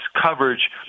coverage